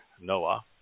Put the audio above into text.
Noah